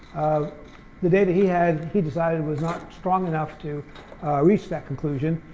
the data he had he decided was not strong enough to reach that conclusion,